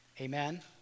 Amen